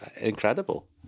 incredible